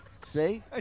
See